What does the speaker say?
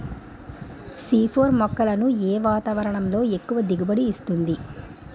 C four మొక్కలను ఏ వాతావరణంలో ఎక్కువ దిగుబడి ఇస్తుంది?